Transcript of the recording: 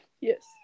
Yes